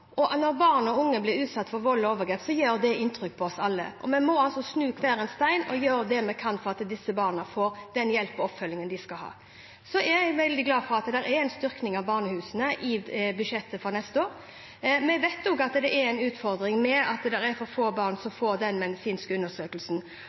Når barn og unge blir utsatt for vold og overgrep, gjør det inntrykk på oss alle. Vi må snu hver en stein og gjøre det vi kan for at disse barna får den hjelp og oppfølging de skal ha. Jeg er veldig glad for at det er en styrking av barnehusene i budsjettet for neste år. Vi vet også at det er en utfordring at for få barn får medisinsk undersøkelse. Jeg er kjent med at